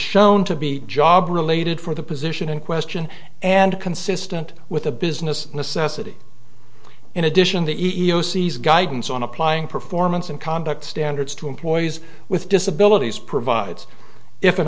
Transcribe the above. shown to be job related for the position in question and consistent with a business necessity in addition the e e o c is guidance on applying performance and conduct standards to employees with disabilities provides if an